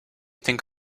think